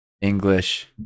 english